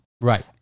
right